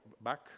back